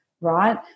right